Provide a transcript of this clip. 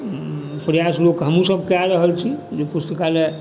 प्रयास लोक हमहुँ सभ कए रहल छी जे पुस्तकालय